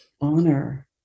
honor